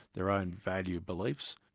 their own value beliefs.